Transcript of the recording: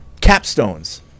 capstones